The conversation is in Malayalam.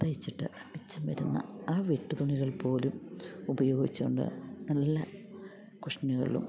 തയ്ച്ചിട്ട് മിച്ചം വരുന്ന ആ വെട്ടുതുണികൾ പോലും ഉപയോഗിച്ചുകൊണ്ട് നല്ല കുഷ്യനുകളും